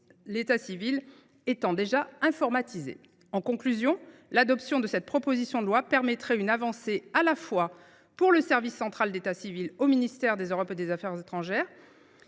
l’état civil étant déjà informatisé. Mes chers collègues, l’adoption de cette proposition de loi permettrait une avancée, non seulement pour le service central d’état civil du ministère de l’Europe et des affaires étrangères,